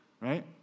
right